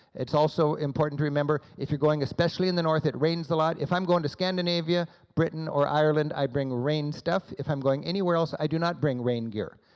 it's also important to remember, if you're going especially in the north, it rains a lot. if i'm going to scandinavia, britain, or ireland, i bring rain stuff. if i'm going anywhere else i do not bring rain gear,